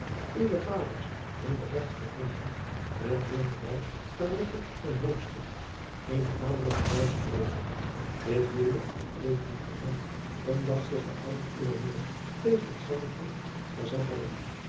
uwen vader in den echt verbonden met jonkvrouw charlotte von helmstadt eene adelijke duitsche freule dit huwelijk bleef toen geheim omdat zich de ouders uwer moeder tegen hetzelve verzet hadden